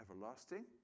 everlasting